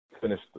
finish